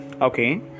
Okay